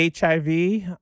HIV